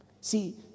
See